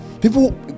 People